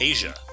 Asia